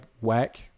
whack